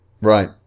right